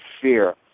fear